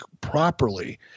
properly